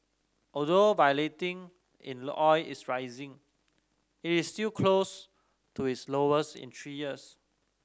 although volatility in oil is rising it is still close to its lowest in three years